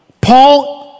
Paul